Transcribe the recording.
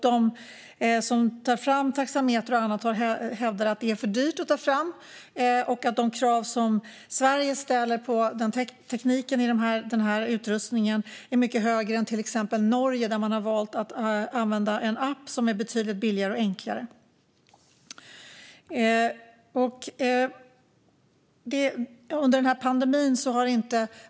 De som tar fram taxametrar och annat hävdar att detta är för dyrt att ta fram och att de krav som Sverige ställer på tekniken i den här utrustningen är mycket högre än till exempel i Norge, där man har valt att använda en app som är betydligt billigare och enklare.